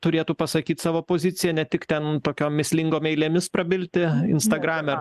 turėtų pasakyt savo poziciją ne tik ten tokiom mįslingom eilėmis prabilti instagrame